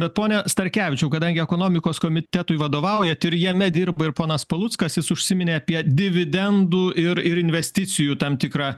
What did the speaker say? bet pone starkevičiau kadangi ekonomikos komitetui vadovaujat ir jame dirba ir ponas paluckas jis užsiminė apie dividendų ir ir investicijų tam tikrą